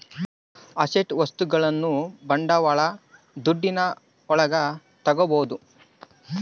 asset ವಸ್ತುಗಳನ್ನ ಬಂಡವಾಳ ದುಡ್ಡಿನ ಒಳಗ ತರ್ಬೋದು